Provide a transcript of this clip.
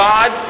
God